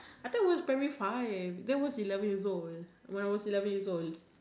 I thought it was primary five then was eleven years old when I was eleven years old